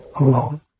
alone